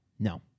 No